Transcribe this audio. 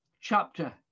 chapter